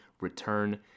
return